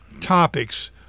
topics